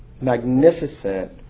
magnificent